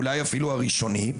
אולי אפילו הראשוני,